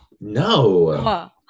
no